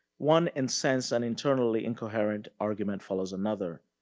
one insense and internally incoherent argument follows another.